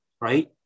Right